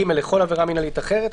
(ג)לכל עבירה מינהלית אחרת,